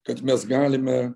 kad mes galime